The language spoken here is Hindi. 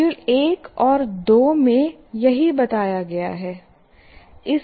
मॉड्यूल 1 और 2 में यही बताया गया है